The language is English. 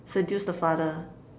seduce the father